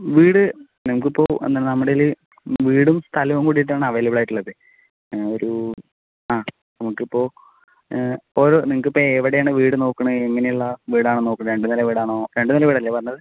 വീട് നമുക്കിപ്പോൾ നമ്മുടെ കയ്യിൽ വീടും സ്ഥലവും കൂടിയിട്ടാണ് അവൈലബിൾ ആയിട്ടുള്ളത് ഒരു ആ നമുക്കിപ്പോൾ ഇപ്പോൾ നിങ്ങൾക്കിപ്പോൾ എവിടെയാണ് വീട് നോക്കുന്നത് എങ്ങനെയുള്ള വീടാണ് നോക്കുന്നത് ഒരു നില വീടാണോ രണ്ടു നില വീടാണോ രണ്ടു നില വീടാണല്ലെ നോക്കുന്നത്